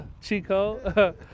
chico